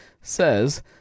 says